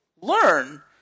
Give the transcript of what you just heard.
learn